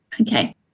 Okay